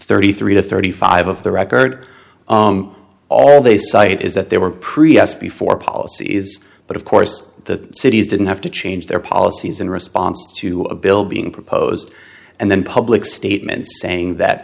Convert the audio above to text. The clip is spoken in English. thirty three to thirty five of the record all they cite is that they were previous before policies but of course the cities didn't have to change their policies in response to a bill being proposed and then public statements saying that